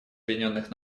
объединенных